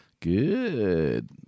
Good